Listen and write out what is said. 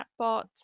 chatbots